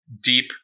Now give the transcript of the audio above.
deep